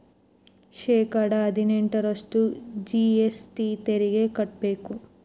ಶೇಕಡಾ ಹದಿನೆಂಟರಷ್ಟು ಜಿ.ಎಸ್.ಟಿ ತೆರಿಗೆ ಕಟ್ಟ್ಬೇಕು